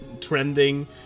trending